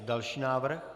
Další návrh.